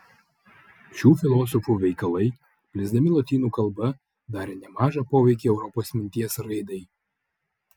šių filosofų veikalai plisdami lotynų kalba darė nemažą poveikį europos minties raidai